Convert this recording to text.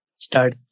Start